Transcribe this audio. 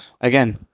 again